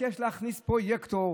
ביקש להכניס פרויקטור,